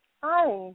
Hi